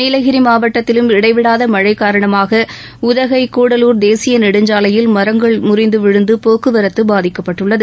நீலகிரி மாவட்டத்திலும் இடைவிடாது மழை காரணமாக உதகை கூடலூர் தேசிய நெடுஞ்சாலையில் மரங்கள் முறிந்து விழுந்து போக்குவரத்து பாதிக்கப்பட்டுள்ளது